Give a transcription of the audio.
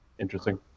interesting